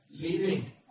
leaving